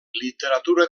literatura